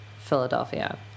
Philadelphia